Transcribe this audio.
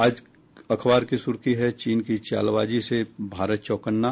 आज अखबार की सुर्खी है चीन की चालबाजी से भारत चौकन्ना